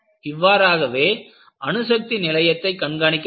இவ்வாறாகவே அணுசக்தி நிலையத்தை கண்காணிக்க வேண்டும்